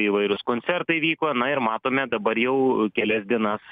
įvairūs koncertai vyko na ir matome dabar jau kelias dienas